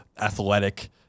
athletic